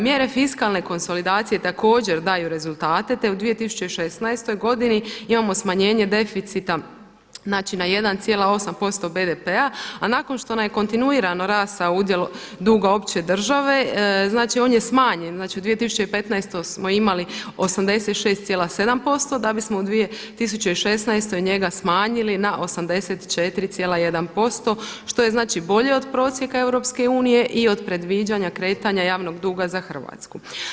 Mjere fiskalne konsolidacije također daju rezultate, te u 2016. godini imamo smanjenje deficita, znači na 1,8% BDP-a a nakon što nam je kontinuirano rastao udjel duga opće države znači on je smanjen, znači u 2015. smo imali 86,7% da bismo u 2016. njega smanjili na 84,1% što je znači bolje od prosjeka EU i od predviđanja kretanja javnog duga za Hrvatsku.